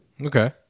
Okay